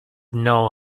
know